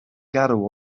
garw